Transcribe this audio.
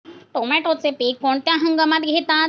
टोमॅटोचे पीक कोणत्या हंगामात घेतात?